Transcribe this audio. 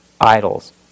idols